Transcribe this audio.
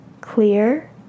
Clear